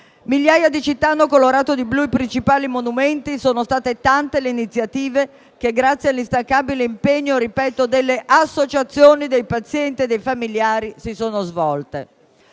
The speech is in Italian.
Migliaia di città hanno colorato di blu i principali monumenti e sono state tante le iniziative che, grazie all'instancabile impegno delle associazioni dei pazienti e dei familiari, si sono svolte.